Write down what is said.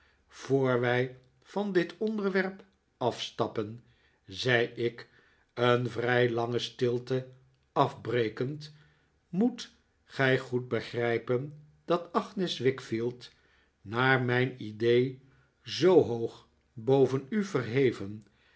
wij van dit onderwerp afstappen zei ik een vrij lange stilte afbrekend moet gij goed begrijpen dat agnes wickfield naar mijn idee zoo hoog boven u verheven